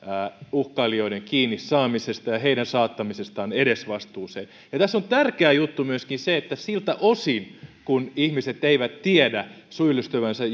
uhkailijoiden kiinni saamisesta ja heidän saattamisestaan edesvastuuseen tässä on tärkeä juttu myöskin se että siltä osin kuin ihmiset eivät tiedä syyllistyvänsä